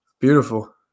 Beautiful